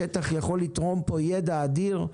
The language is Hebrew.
השטח יכול לתרום פה ידע אדיר,